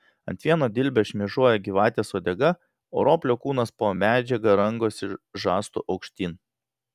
ant vieno dilbio šmėžuoja gyvatės uodega o roplio kūnas po medžiaga rangosi žastu aukštyn